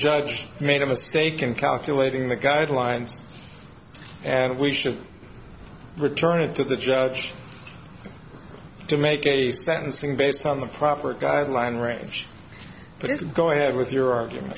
judge made a mistake in calculating the guidelines and we should return it to the judge to make a sentencing based on the proper guideline range but it's go ahead with your argument